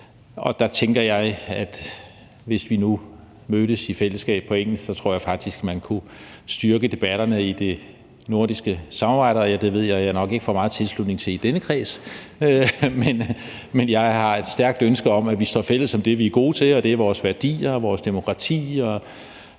grad svinder hen. Og hvis vi nu mødtes i fællesskab på engelsk, tror jeg faktisk, man kunne styrke debatterne i det nordiske samarbejde. Det ved jeg at jeg nok ikke får meget tilslutning til i denne kreds, men jeg har et stærkt ønske om, at vi står fælles om det, vi er gode til, og det er vores værdier og vores demokrati